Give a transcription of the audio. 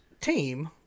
team